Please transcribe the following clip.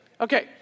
okay